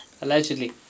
allegedly